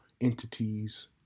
entities